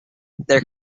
their